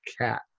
cat